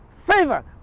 favor